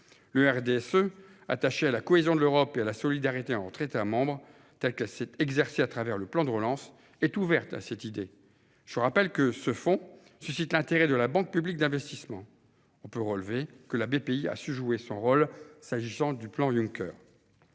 RDSE, attaché à la cohésion de l'Europe et à la solidarité entre États membres, telle qu'elle s'est exercée au travers du plan de relance, est ouvert à cette idée. Je rappelle que ce fonds suscite l'intérêt de la Banque publique d'investissement. On peut relever que Bpifrance a su jouer son rôle dans la mise en oeuvre du plan Juncker.